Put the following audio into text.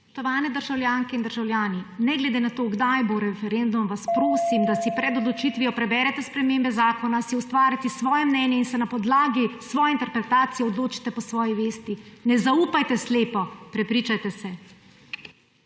Spoštovane državljanke in državljani! Ne glede na to, kdaj bo referendum, vas prosim, da si pred odločitvijo preberete spremembe zakona, si ustvarite svoje mnenje in se na podlagi svoje interpretacije odločite po svoji vesti. Ne zaupajte slepo, prepričajte se!